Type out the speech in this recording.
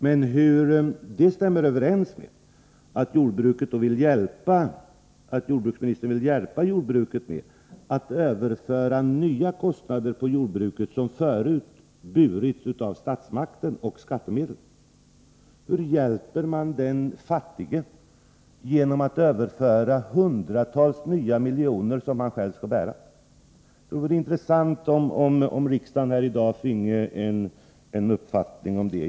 Det vore bra om jordbruksministern också ville svara på frågan hur detta stämmer överens med det faktum att jordbruksministern vill hjälpa jordbruket genom att på jordbruket överföra nya kostnader, kostnader som förut burits av statsmakten och betalats med skattemedel. Hur hjälper man den fattige genom att överföra hundratals nya miljoner som han själv skall bära? Det vore intressant om riksdagen här i dag finge ett svar på den frågan.